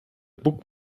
book